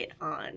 on